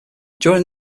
during